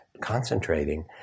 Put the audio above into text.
concentrating